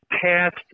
passed